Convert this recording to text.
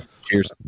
Cheers